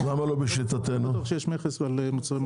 לא בטוח שיש מכס על חומרי גלם למזון.